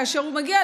כאשר הוא יגיע,